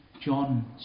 John